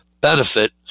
benefit